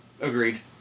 Agreed